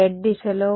బిగ్గరగా